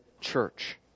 church